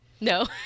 no